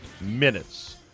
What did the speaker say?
minutes